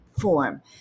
form